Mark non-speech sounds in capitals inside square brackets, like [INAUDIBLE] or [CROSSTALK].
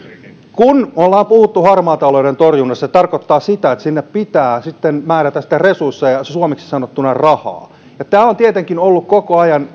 kun ollaan puhuttu harmaan talouden torjunnasta se tarkoittaa sitä että sinne pitää sitten määrätä resursseja suomeksi sanottuna rahaa tämä on tietenkin ollut koko ajan [UNINTELLIGIBLE]